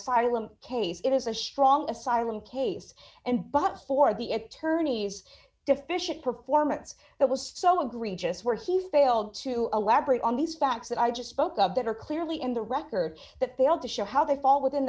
asylum case it is a strong asylum case and but for the attorneys deficient performance that was so agree just where he failed to elaborate on these facts that i just spoke of that are clearly in the record that failed to show how they fall within